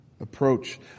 Approach